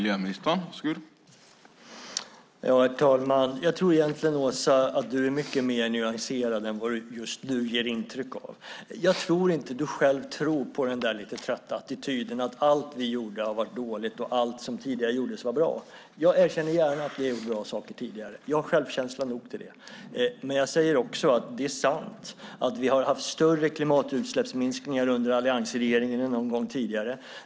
Herr talman! Jag tror egentligen, Åsa, att du är mycket mer nyanserad än vad du nu ger intryck av att vara. Jag tror inte att du själv tror på den lite trötta attityden att allt vi har gjort har varit dåligt och allt som tidigare gjordes var bra. Jag erkänner gärna att ni gjorde bra saker tidigare. Jag har självkänsla nog till det. Men jag säger också det är sant att vi har haft större klimatutsläppsminskningar under alliansregeringen än någon gång tidigare.